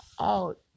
out